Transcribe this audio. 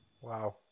Wow